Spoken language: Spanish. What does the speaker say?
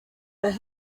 las